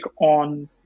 on